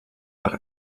nach